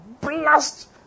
blast